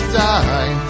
die